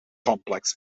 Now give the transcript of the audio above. complex